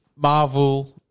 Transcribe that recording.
Marvel